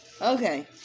Okay